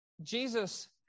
Jesus